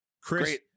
chris